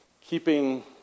keeping